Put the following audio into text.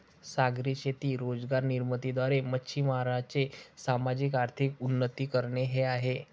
सागरी शेती रोजगार निर्मिती द्वारे, मच्छीमारांचे सामाजिक, आर्थिक उन्नती करणे हे आहे